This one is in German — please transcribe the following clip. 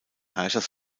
herrschers